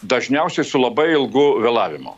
dažniausiai su labai ilgu vėlavimu